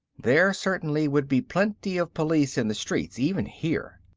there certainly would be plenty of police in the streets, even here.